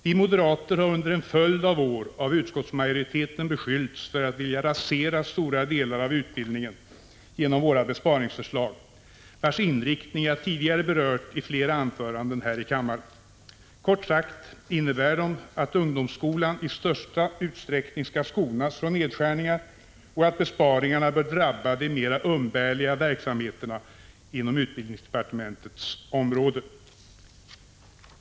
Vi moderater har under en följd av år av utskottsmajoriteten beskyllts för att vilja rasera stora delar av utbildningen genom våra besparingsförslag, vars inriktning jag tidigare berört i flera anföranden här i kammaren. Kort sagt innebär det, att ungdomsskolan i största utsträckning skall skonas från nedskärningar och att besparingarna bör drabba de mera umbärliga verksamheterna inom utbildningsdepartementets områden.